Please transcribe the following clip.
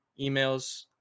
emails